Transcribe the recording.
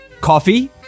coffee